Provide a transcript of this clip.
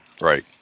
Right